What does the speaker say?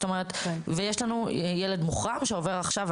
ויש לנו ילד מוחרם שעובר עכשיו,